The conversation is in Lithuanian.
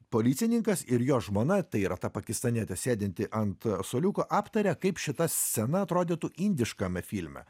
policininkas ir jo žmona tai yra ta pakistane sėdinti ant suoliuko aptaria kaip šita scena atrodytų indiškame filme